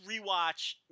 rewatch